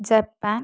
Japan